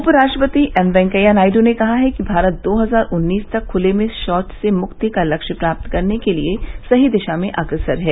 उपराष्ट्रपति एम वेंकैया नायड् ने कहा है कि भारत दो हजार उन्नीस तक खुले में शौच से मृक्ति का लक्ष्य प्राप्त करने के लिए सही दिशा में अग्रसर है